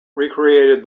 recreated